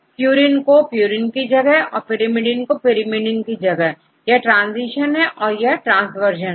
purine को purine की जगहऔर पीरिमिडीन को पीरिमिडीन की जगह यह ट्रांजिशन है और ट्रांस वर्जन है